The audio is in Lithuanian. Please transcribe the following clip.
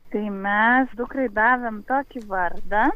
kai mes dukrai davėm tokį vardą